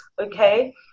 okay